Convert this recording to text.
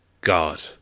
God